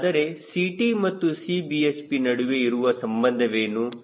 ಹೀಗಾದರೆ Ct ಮತ್ತು Cbhp ನಡುವೆ ಇರುವ ಸಂಬಂಧವೇನು